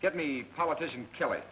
get me politician kill